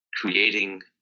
creating